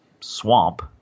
swamp